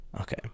Okay